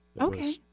okay